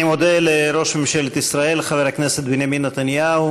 אני מודה לראש ממשלת ישראל חבר הכנסת בנימין נתניהו.